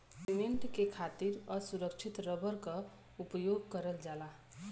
cement के खातिर असुरछित रबर क उपयोग करल जाला